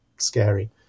scary